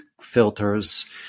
filters